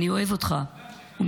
אני אוהב אותך ומתגעגע".